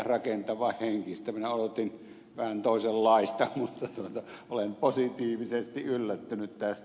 minä odotin vähän toisenlaista mutta olen positiivisesti yllättynyt tästä